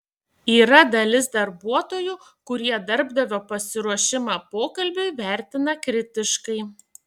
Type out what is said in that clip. yra dalis darbuotojų kurie darbdavio pasiruošimą pokalbiui vertina kritiškai